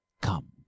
Come